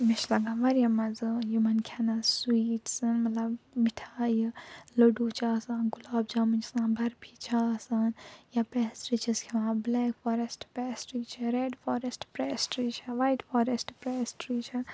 مےٚ چھ لَگان واریاہ مَزٕ یمن کھیٚنَس سُویٖٹسن مَطلَب مِٹھایہِ لوٚڈو چھِ آسان گُلاب جامُن چھ آسان برٛفی چھِ آسان یا پیسٹری چھَس ہٮ۪وان بُلیک فاریسٹ پرٛیسٹری چھِ ریٚڈ فاریسٹ پرٛیسٹری چھِ وایٹ فاریسٹ پرٛیسٹری چھِ